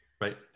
Right